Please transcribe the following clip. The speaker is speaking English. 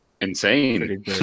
insane